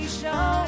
show